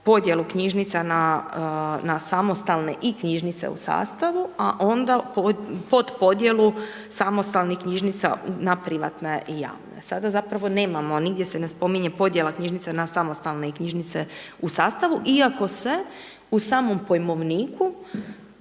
podjelu knjižnica na samostalne i knjižnice u sastavu, a onda pod podjelu samostalnih knjižnica na privatne i javne. Sada zapravo nemamo nigdje se ne spominje podjela knjižnica na samostalne i knjižnice u sastavu, iako se u samom pojmovniku,